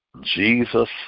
Jesus